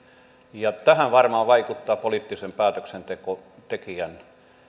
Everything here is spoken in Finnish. ja tähän varmaan vaikuttaa poliittisen päätöksentekijän